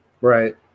Right